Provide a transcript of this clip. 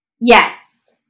Yes